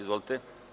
Izvolite.